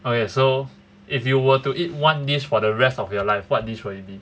okay so if you were to eat one dish for the rest of your life what dish will it be